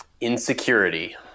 Insecurity